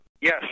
Yes